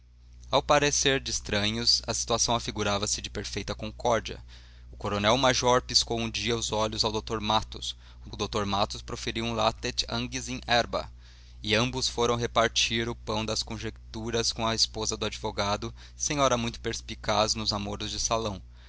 ao parecer de estranhos a situação afigurava-se de perfeita concórdia o coronel major piscou um dia os olhos ao dr matos o dr matos proferiu um latet anguis in herba e ambos foram repartir o pão das conjeturas com a esposa do advogado senhora muito perspicaz nos namoros de salão